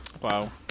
Wow